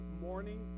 morning